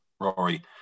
Rory